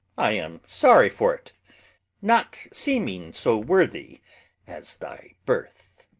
i'm sorry for't not seeming so worthy as thy birth.